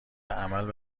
عمل